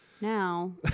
Now